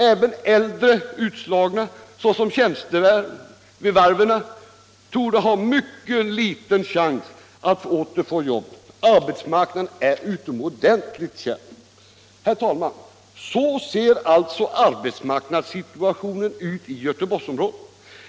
Även äldre utslagna, såsom tjänstemän vid varven, torde ha mycket liten chans att åter få jobb. Arbetsmarknaden är utomordentligt kärv. Herr talman! Så ser arbetsmarknadssituationen ut i Göteborgsområdet.